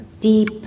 deep